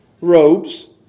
robes